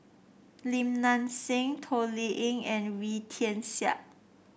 Lim Nang Seng Toh Liying and Wee Tian Siak